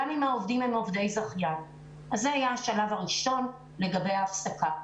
גם אם העובדים הם עובדי זכיין - זה היה השלב הראשון לגבי ההפסקה.